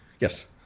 Yes